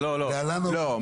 לא, לא.